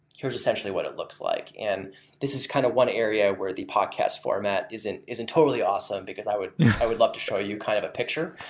here's essentially what it looks like. and this is kind of one area where the podcast format isn't isn't totally awesome, but i would i would love to show you kind of a picture.